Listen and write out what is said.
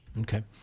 Okay